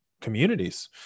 communities